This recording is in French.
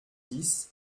dix